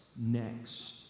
next